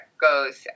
goes